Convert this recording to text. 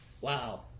Wow